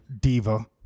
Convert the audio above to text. Diva